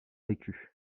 vécue